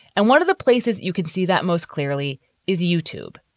and one of the places you can see that most clearly is youtube.